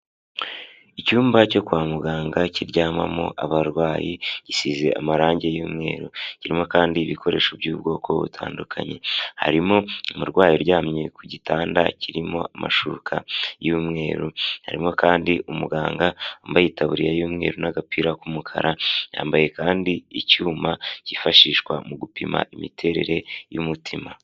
Icyumba cyo kwa muganga kiryamamo abarwayi gisize amarangi y'umweru kirimo kandi ibikoresho by'ubwoko butandukanye, harimo umurwayi uryamye ku gitanda kirimo amashuka y'umweru, harimo kandi umuganga wambaye itaburiya y'umweru n'agapira k'umukara, yambaye kandi icyuma kifashishwa mu gupima imiterere y'umutima.